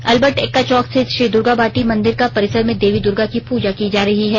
अलबर्ट एक्का चौक स्थित श्री दुर्गाबाटी मंदिर परिसर में देवी दुर्गा की पूजा की जा रही है